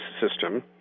system